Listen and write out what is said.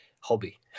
hobby